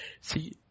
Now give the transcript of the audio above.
See